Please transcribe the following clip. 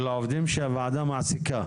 של העובדים שהוועדה מעסיקה.